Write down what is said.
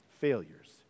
failures